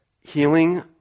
healing